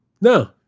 no